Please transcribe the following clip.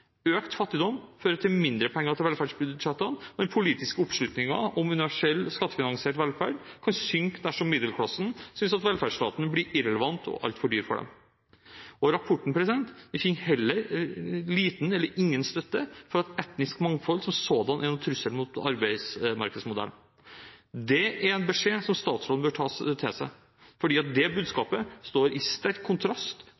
Økt fattigdom fører til mindre penger til velferdsbudsjettene, men den politiske oppslutningen om universell skattefinansiert velferd kan synke dersom middelklassen synes at velferdsstaten blir irrelevant og altfor dyr for dem. Og rapporten finner liten eller ingen støtte for at etnisk mangfold som sådan er en trussel mot arbeidsmarkedsmodellen. Det er en beskjed som statsråden bør ta til seg, for det